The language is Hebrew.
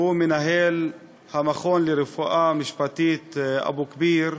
שהוא מנהל המכון לרפואה משפטית אבו-כביר,